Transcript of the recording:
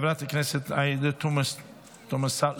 חברת הכנסת עאידה תומא סלימאן,